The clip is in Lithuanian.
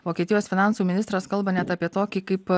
vokietijos finansų ministras kalba net apie tokį kaip